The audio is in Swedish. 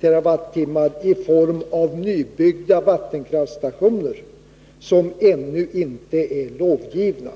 genom nybyggda vattenkraftstationer, för vilka tillstånd ännu inte lämnats.